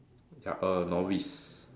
ya a novice